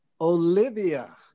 Olivia